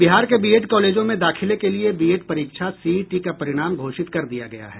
बिहार के बीएड कॉलेजों में दाखिले के लिए बीएड परीक्षा सीईटी का परिणाम घोषित कर दिया गया है